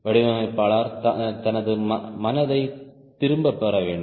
வடிவமைப்பாளர் தனது மனதைத் திரும்பப் பெற வேண்டும்